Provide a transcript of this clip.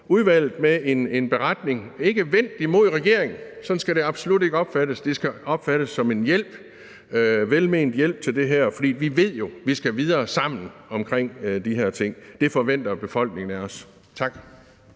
med en beretning, ikke vendt imod regeringen, for sådan skal det absolut ikke opfattes. Det skal opfattes som en velment hjælp til det her, for vi ved jo, at vi skal videre sammen omkring de her ting, og det forventer befolkningen af os. Tak.